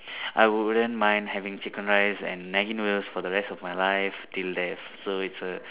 I wouldn't mind having chicken rice and Maggi noodles for the rest of my life till left so it's a